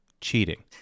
cheating